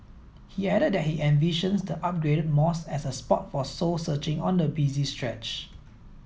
he added that he envisions the upgraded mosque as a spot for soul searching on the busy stretch